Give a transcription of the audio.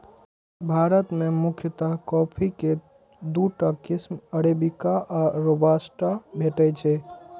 भारत मे मुख्यतः कॉफी के दूटा किस्म अरेबिका आ रोबास्टा भेटै छै